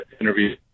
interview